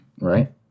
Right